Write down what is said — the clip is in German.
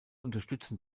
unterstützen